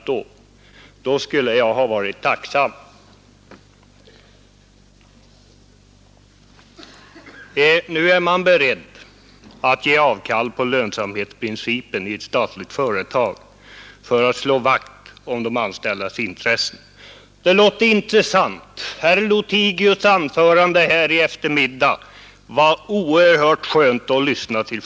Det skulle jag ha varit tacksam för. Nu är man beredd att ge avkall på lönsamhetsprincipen i ett statligt företag för att slå vakt om de anställdas intressen. Det låter intressant. Herr Lothigius” anförande här i eftermiddag var oerhört skönt för mig att lyssna till.